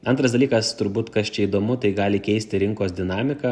antras dalykas turbūt kas čia įdomu tai gali keisti rinkos dinamiką